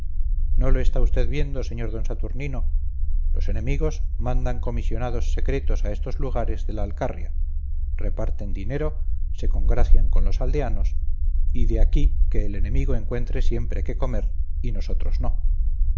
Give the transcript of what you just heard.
no lo está usted viendo sr d saturnino los enemigos mandan comisionados secretos a estos lugares de la alcarria reparten dinero se congracian con los aldeanos y de aquí que el enemigo encuentre siempre qué comer y nosotros no